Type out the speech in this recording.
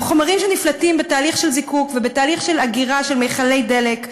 הם חומרים שנפלטים בתהליך של זיקוק ובתהליך של אגירה של מכלי דלק,